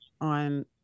on